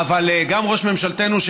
אבל גם ראש ממשלתנו,